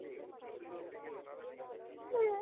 அப்படிங்களா நார்மல் தண்ணி ஊற்றுற ஏர் கூலர்ன்னா